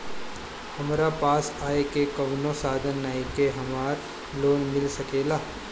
हमरा पास आय के कवनो साधन नईखे हमरा लोन मिल सकेला?